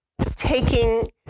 taking